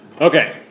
Okay